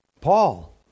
Paul